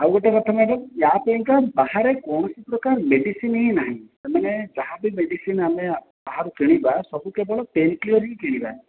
ଆଉ ଗୋଟେ କଥା ମ୍ୟାଡ଼ାମ ୟା ପାଇଁକା ବାହାରେ କୌଣସି ପ୍ରକାର ମେଡ଼ିସିନ ହିଁ ନାହିଁ ତା ମାନେ ଯାହାବି ମେଡ଼ିସିନ ଆମେ ବାହାରୁ କିଣିବା ସବୁ କେବଳ ପେନ୍ କ୍ଲିୟର ହିଁ କିଣିବା